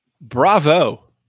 Bravo